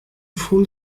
full